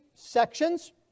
sections